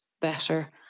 better